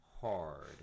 hard